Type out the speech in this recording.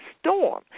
storm